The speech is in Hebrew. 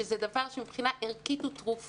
שזה דבר שהוא מבחינה ערכית הוא תרופה